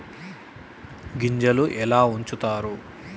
గింజలు ఎలా ఉంచుతారు?